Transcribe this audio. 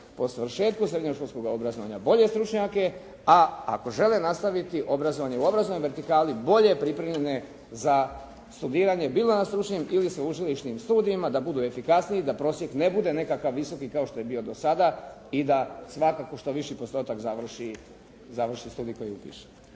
po svršetku srednjoškolskoga obrazovanja bolje stručnjake, a ako žele nastaviti obrazovanje u obrazovnoj vertikali bolje pripremljene za studiranje bilo na stručnim ili sveučilišnim studijima da budu efikasniji da prosjek ne bude nekakav visoki kao što je bio do sada i da svakako što viši postotak završi studij koji upiše.